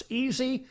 easy